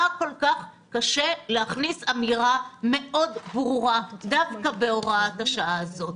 מה כל כך קשה להכניס אמירה ברורה מאוד דווקא בהוראת השעה הזאת,